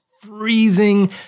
freezing